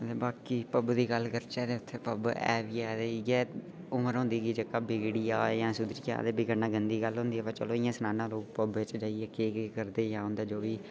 बाकी पव दी गल्ल करचै ते उत्थै पव ऐ बी ऐ इ'यै उम्र होंदी इ'यै उम्र होंदी जेह्का बिगड़ी जा ते उं'आं बिगड़ना गन्दी गल्ल होंदी चलो इ'यां सनाना लोग पवै च जाइयै केह् केह् करदे